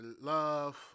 love